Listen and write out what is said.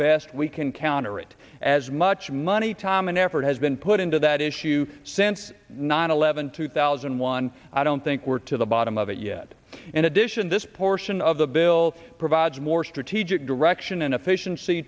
best we can counter it as much money time and effort has been put into that issue since nine eleven two thousand and one i don't think we're to the bottom of it yet in addition this portion of the bill provides more strategic direction and efficiency